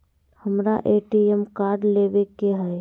हमारा ATM card लेव के हई